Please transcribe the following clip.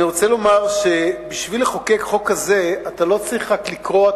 אני רוצה לומר שבשביל לחוקק חוק כזה אתה לא צריך רק לקרוא,